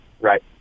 right